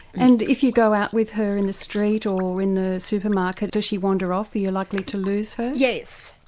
and if you go out with her in the street or in the supermarket does she wander off, are you likely to lose her? yes,